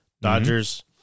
Dodgers